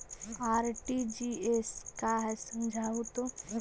RTGS का है समझाहू तो?